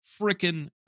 freaking